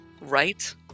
Right